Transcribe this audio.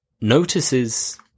notices